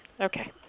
Okay